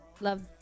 love